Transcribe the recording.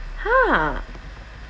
!huh!